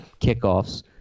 kickoffs